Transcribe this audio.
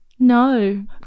No